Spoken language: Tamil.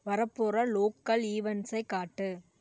வரப்போகிற லோக்கல் ஈவண்ட்ஸை காட்டு